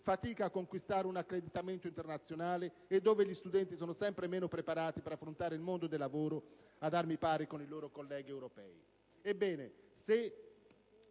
fatica a conquistare un accreditamento internazionale e dove gli studenti sono sempre meno preparati per affrontare il mondo del lavoro ad armi pari con i loro colleghi europei?